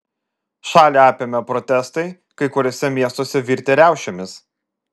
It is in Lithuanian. šalį apėmė protestai kai kuriuose miestuose virtę riaušėmis